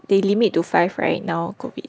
they limit to five right now COVID